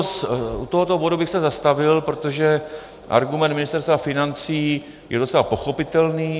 U tohoto bodu bych se zastavil, protože argument Ministerstva financí je docela pochopitelný.